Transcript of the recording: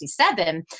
1967